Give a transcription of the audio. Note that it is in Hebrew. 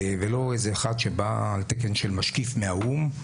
ולא איזה אחד שבא על תקן של משקיף מהאו"ם.